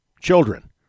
Children